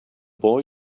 boy